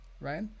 right